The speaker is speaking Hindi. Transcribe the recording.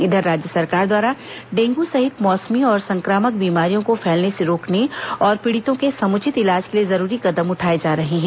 इधर राज्य सरकार द्वारा डेंगू सहित मौसमी और संक्रामक बीमारियों को फैलने से रोकने और पीड़ितों के समुचित इलाज के लिए जरूरी कदम उठाए जा रहे हैं